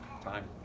Time